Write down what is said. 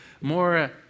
More